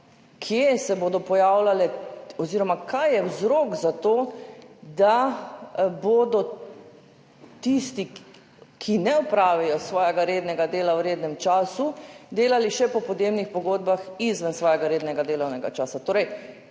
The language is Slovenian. kje se bodo pojavljale oziroma kaj je vzrok za to, da bodo tisti, ki ne opravijo svojega rednega dela v rednem času, delali še po podjemnih pogodbah izven svojega rednega delovnega časa.